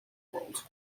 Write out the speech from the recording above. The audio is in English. world